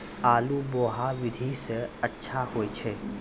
आलु बोहा विधि सै अच्छा होय छै?